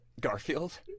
garfield